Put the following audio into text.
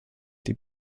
die